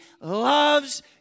loves